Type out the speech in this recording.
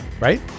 Right